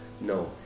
No